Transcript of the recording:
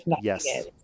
Yes